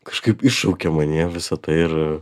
kažkaip iššaukia manyje visą tai ir